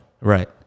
Right